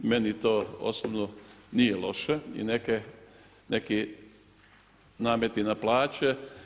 Meni to osobno nije loše i neki nameti na plaće.